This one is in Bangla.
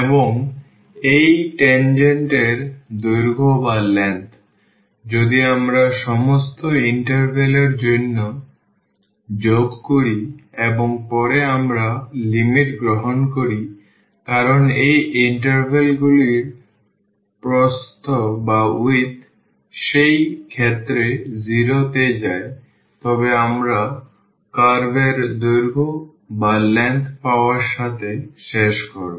এবং এই tangent এর দৈর্ঘ্য যদি আমরা সমস্ত ইন্টারভ্যাল এর জন্য যোগ করি এবং পরে আমরা লিমিট গ্রহণ করি কারণ এই ইন্টারভ্যালগুলির প্রস্থ সেই ক্ষেত্রে 0 তে যায় তবে আমরা কার্ভ এর দৈর্ঘ্য পাওয়ার সাথে শেষ করব